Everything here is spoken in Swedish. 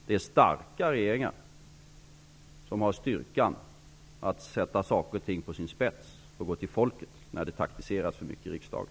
Det är starka regeringar som har styrkan att ställa saker och ting på sin spets och gå ut till folket när det taktiseras för mycket i riksdagen.